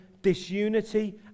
disunity